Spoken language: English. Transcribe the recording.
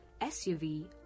SUV